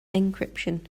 encryption